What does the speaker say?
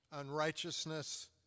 unrighteousness